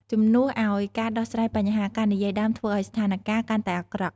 ជំនួសឲ្យការដោះស្រាយបញ្ហា ការនិយាយដើមធ្វើឲ្យស្ថានការណ៍កាន់តែអាក្រក់។